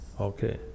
Okay